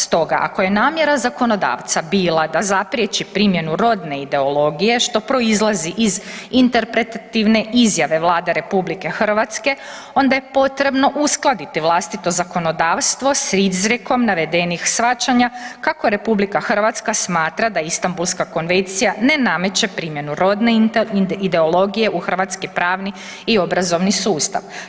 Stoga ako je namjera zakonodavca bila da zapriječi primjenu rodne ideologije što proizlazi iz interpretativne izjave Vlade RH onda je potrebno uskladiti vlastito zakonodavstvo s izrekom navedenih shvaćanja kako je RH smatra da Istambulska konvencija ne nameće primjenu rodne ideologije u hrvatski pravni i obrazovni sustav.